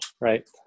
right